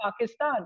Pakistan